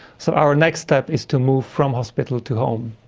so our next step is to move from hospital to home.